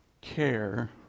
care